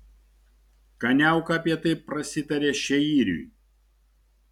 kaniauka apie tai prasitarė šeiriui